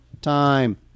time